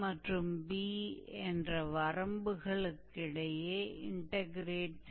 और अब अगर हम बिंदु a से b इंटेग्रेट करते हैं